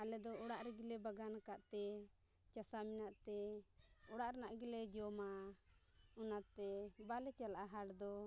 ᱟᱞᱮ ᱫᱚ ᱚᱲᱟᱜ ᱨᱮᱜᱮᱞᱮ ᱵᱟᱜᱟᱱ ᱟᱠᱟᱫᱼᱛᱮ ᱪᱟᱥᱟ ᱢᱮᱱᱟᱜᱼᱛᱮ ᱚᱲᱟᱜ ᱨᱮᱱᱟᱜ ᱜᱮᱞᱮ ᱡᱚᱢᱟ ᱚᱱᱟᱛᱮ ᱵᱟᱞᱮ ᱪᱟᱞᱟᱜᱼᱟ ᱦᱟᱴ ᱫᱚ